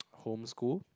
home school